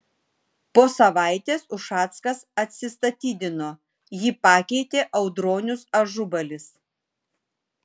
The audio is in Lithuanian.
po savaitės ušackas atsistatydino jį pakeitė audronius ažubalis